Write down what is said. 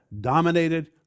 dominated